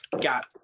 got